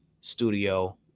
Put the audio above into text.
studio